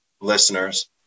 listeners